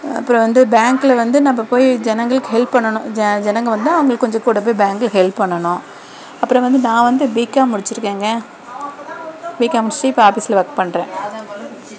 அப்புறம் வந்து பேங்க்கில் வந்து நம்ம போய் ஜனங்களுக்கு ஹெல்ப் பண்ணணும் ஜனங்க வந்தால் அவங்களுக்கு கொஞ்சம் கூட பேங்க்கில் ஹெல்ப் பண்ணணும் அப்புறம் வந்து நான் வந்து பி காம் முடிச்சிருக்கேங்க பி காம் முடிச்சுட்டு இப்போ ஆபீஸில் ஒர்க் பண்றேன்